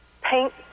paint